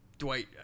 Dwight